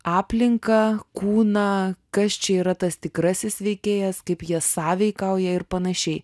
aplinką kūną kas čia yra tas tikrasis veikėjas kaip jie sąveikauja ir panašiai